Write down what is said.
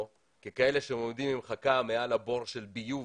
ככאלה שעומדים עם חכה מעל הבור של ביוב,